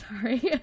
Sorry